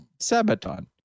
Sabaton